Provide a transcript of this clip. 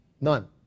None